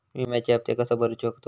विम्याचे हप्ते कसे भरूचो शकतो?